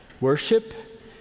worship